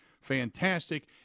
Fantastic